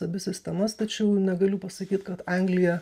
abi sistemas tačiau negaliu pasakyt kad anglija